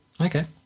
Okay